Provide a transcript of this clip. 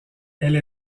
elle